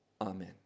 amen